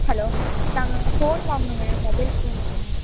hello நாங்கள் phone வாங்கணும்ங்க mobile phone வாங்கணும்